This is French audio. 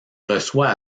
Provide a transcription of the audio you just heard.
reçoit